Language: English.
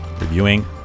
reviewing